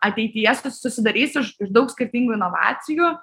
ateityje su susidarys iš iš daug skirtingų inovacijų